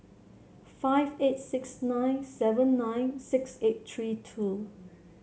five eight six nine seven nine six eight three two